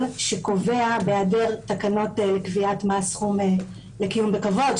שקובע בהיעדר תקנות גביית מס סכום לקיום בכבוד,